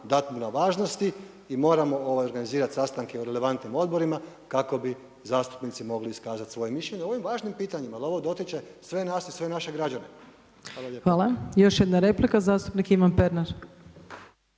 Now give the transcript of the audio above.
dati mu na važnosti i moramo organizirati sastanke u relevantnim odborima kako bi zastupnici mogli iskazati svoje mišljenje o ovim važnim pitanjima, jer ovo dotiče sve nas i sve naše građane. Hvala lijepa. **Opačić, Milanka